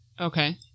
Okay